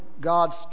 God's